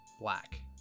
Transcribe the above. Black